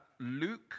Luke